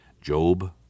Job